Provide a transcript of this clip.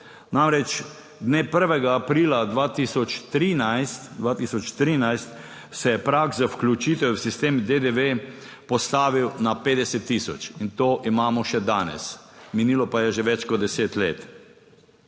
Namreč, dne 1. aprila 2013, - 2013 -, se je prag za vključitev v sistem DDV postavil na 50 tisoč in to imamo še danes. Minilo pa je že več kot deset let.